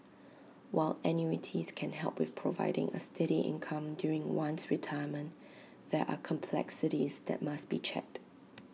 while annuities can help with providing A steady income during one's retirement there are complexities that must be checked